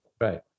Right